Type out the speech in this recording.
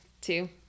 two